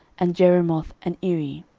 and jerimoth, and iri,